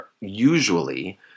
usually